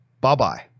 bye-bye